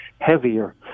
heavier